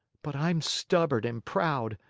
but i'm stubborn and proud.